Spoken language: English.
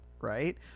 right